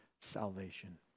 salvation